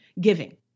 giving